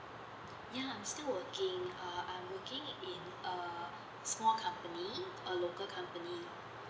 ya I'm still working uh I am working in a small company a local company